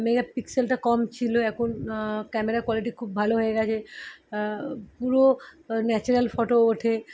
মেগাপিক্সেলটা কম ছিলো এখন ক্যামেরার কোয়ালিটি খুব ভালো হয়ে গেছে পুরো ন্যাচারাল ফটো ওঠে